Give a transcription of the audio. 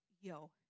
yo